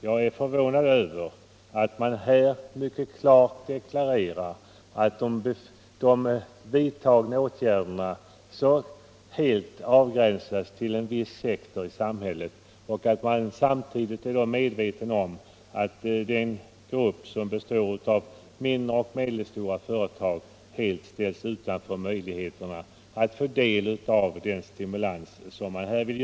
Jag är förvånad över att de vidtagna åtgärderna så klart avgränsas till en viss sektor i samhället. Av utskottsbetänkandet framgår klart att man är medveten om att de mindre och medelstora företagen helt ställs utanför möjligheterna att få del av de stimulansåtgärder det här gäller.